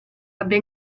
abbia